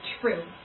true